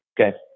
Okay